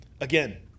Again